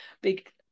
big